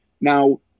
Now